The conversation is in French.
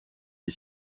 est